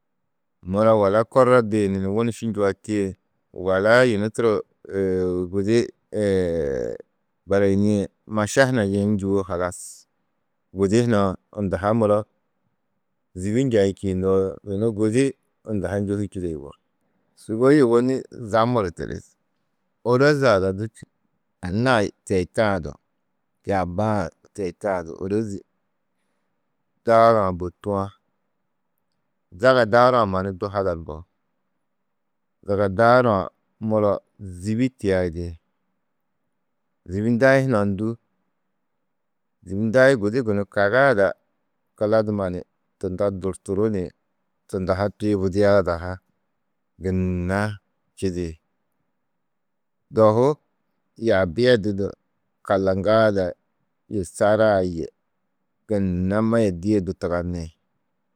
Muro wala korro duyunu ni wuniši njuatîe, wala yunu turo gudi barayinîe, maša huna yeî njûwo halas, gudi hunã unda muro zîbi njaî čîĩ noo, yunu gudi unda njohî čîde yugó. Sûgoi ôwonni zamuru tiri, ôroze ada du anna-ã teitã du yaaba-ã teitã du ôrozi daarã bôtu-ã. Zaga daarã mannu du hadar mbo, zaga daarã, muro zîbi tiyaidi. Zîbi ndai hunã ndû: Zîbi ndai gudi gunú, kaga ada kuladuma ni tunda durturu ni tunda ha tuyubudia ada ha gunna čidi. Dohu, yaabi a di du kallaŋgaa ada saraa yê gunna ma yê dî yê du tugani.